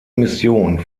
mission